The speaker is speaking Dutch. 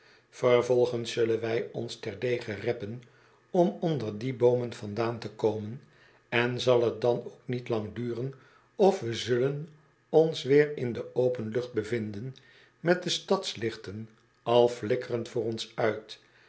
vervolgens zullen wij ons terdege reppen om onder die boomen vandaan te komen en zal t dan ook niet lang duren of we zullen ons weer in de open lucht bevinden met de stadslichten al flikkerend voor ons uit